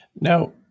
Now